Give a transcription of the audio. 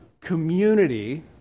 community